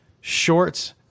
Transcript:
shorts